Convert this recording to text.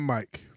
Mike